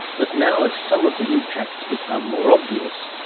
but now as some of the impacts become more obvious,